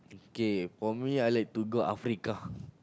okay for me I like to go Africa